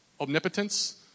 omnipotence